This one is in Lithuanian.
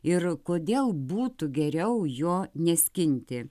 ir kodėl būtų geriau jo neskinti